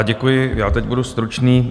Děkuji, já teď budu stručný.